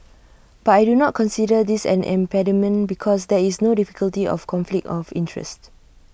but I do not consider this an impediment because there is no difficulty of conflict of interest